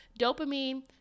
Dopamine